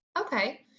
Okay